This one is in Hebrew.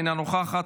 אינה נוכחת,